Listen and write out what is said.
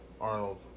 Arnold